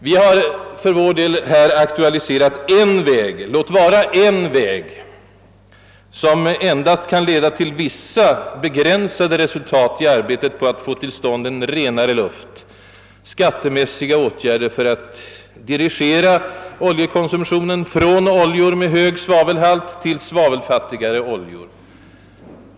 Vi har för vår del nu aktualiserat en väg — låt vara endast en väg — som f. ö. bara kan leda till vissa begränsade resultat i arbetet på att få till stånd en renare luft: skattemässiga åtgärder för att dirigera oljekonsumtionen från oljor med hög svavelhalt till svavelfattigare oljor.